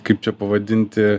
kaip čia pavadinti